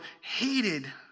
hated